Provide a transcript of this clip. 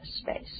space